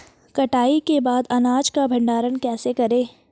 कटाई के बाद अनाज का भंडारण कैसे करें?